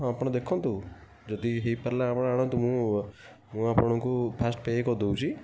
ହଁ ଆପଣ ଦେଖନ୍ତୁ ଯଦି ହେଇପାରିଲା ଆପଣ ଆଣନ୍ତୁ ମୁଁ ମୁଁ ଆପଣଙ୍କୁ ଫାଷ୍ଟ ପେ କରି ଦେଉଛି